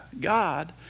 God